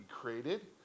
created